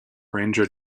ranger